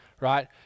right